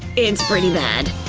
it's pretty bad.